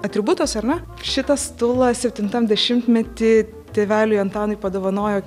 atributas ar ne šitą stulą septintam dešimtmety tėveliui antanui padovanojo